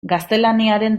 gaztelaniaren